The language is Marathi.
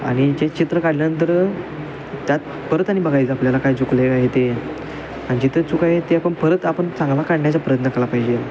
आणि जे चित्र काढल्यानंतर त्यात परत आणि बघायचं आपल्याला काय चुकलेलं आहे ते आणि चित्र चूक आहे ते आपण परत आपण चांगला काढण्याचा प्रयत्न कला पाहिजे